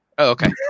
okay